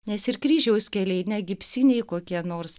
nes ir kryžiaus keliai ne gipsiniai kokie nors